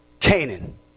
Canaan